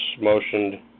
motioned